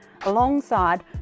alongside